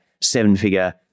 seven-figure